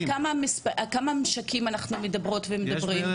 על כמה משקים אנחנו מדברות ומדברים?